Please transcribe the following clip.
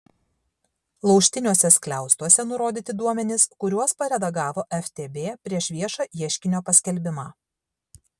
laužtiniuose skliaustuose nurodyti duomenys kuriuos paredagavo ftb prieš viešą ieškinio paskelbimą